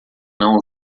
não